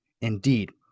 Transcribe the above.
Indeed